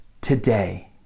today